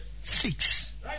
Six